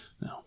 No